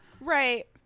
Right